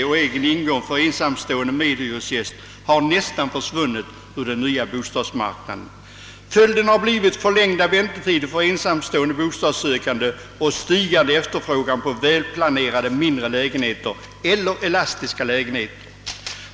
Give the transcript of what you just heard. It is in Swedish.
och egen ingång för en ensam stående medhyresgäst har nästan försvunnit ur nyproduktionen. Följden har blivit förlängda väntetider för ensamstående bostadssökande och stigande efterfrågan på välplanerade mindre lägenheter eller »elastiska» lägenheter.